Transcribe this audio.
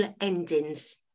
endings